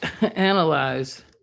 analyze